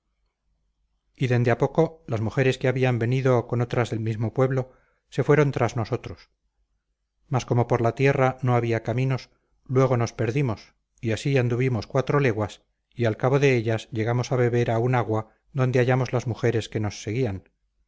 y dende a poco las mujeres que habían venido con otras del mismo pueblo se fueron tras nosotros mas como por la tierra no había caminos luego nos perdimos y así anduvimos cuatro leguas y al cabo de ellas llegamos a beber a un agua adonde hallamos las mujeres que nos seguían